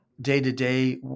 day-to-day